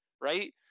right